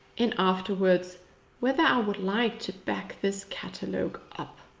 and afterwards whether i would like to back this catalogue up.